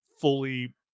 fully